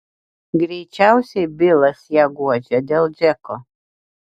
greičiausiai bilas ją guodžia dėl džeko